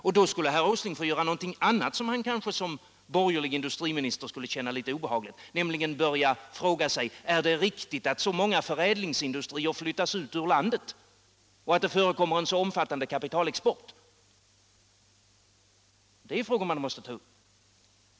Och då skulle herr Åsling få göra någonting annat som han kanske som borgerlig industriminister skulle tycka vara litet obehagligt, nämligen börja fråga sig om det är riktigt att så många förädlingsindustrier flyttas ut ur landet och att det förekommer en så omfattande kapitalexport. Det är frågor som man måste ta upp.